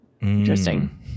Interesting